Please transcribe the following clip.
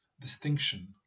distinction